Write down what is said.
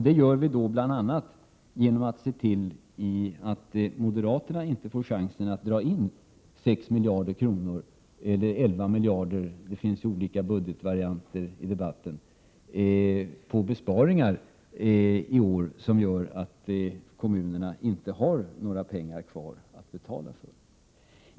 Det kan vi göra genom att bl.a. se till att moderaterna inte får chansen att i år dra in 6 eller 11 miljarder kronor — det förekommer olika budgetvarianter i debatten — i form av besparingar som skulle göra att kommunerna inte har några pengar kvar att fördela.